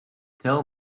tell